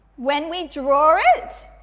when we draw it,